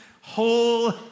whole